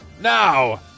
now